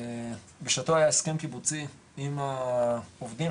בשעתו היה הסכם קיבוצי עם העובדים,